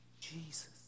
Jesus